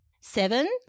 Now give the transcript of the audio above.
Seven